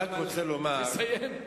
תסיים.